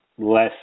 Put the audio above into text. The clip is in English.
less